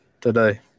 today